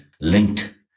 linked